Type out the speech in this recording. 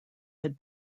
had